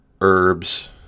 herbs